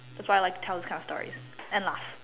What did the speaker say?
so I like to tell this kind of stories and lah